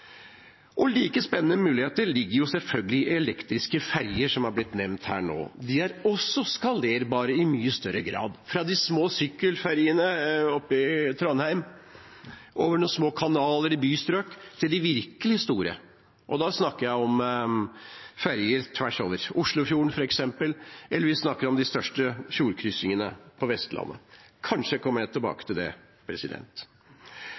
muligheter. Like spennende muligheter ligger det selvfølgelig i elektriske ferjer, som har blitt nevnt her nettopp. De er også skalerbare i mye større grad – fra de små sykkelferjene i Trondheim, i små kanaler i bystrøk til de virkelig store. Da snakker jeg om ferjer tvers over f.eks. Oslofjorden eller de største fjordkryssingene på Vestlandet. Kanskje jeg kommer tilbake til det. Når det gjelder næringslivet, har jeg